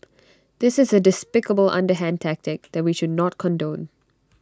this is A despicable underhand tactic that we should not condone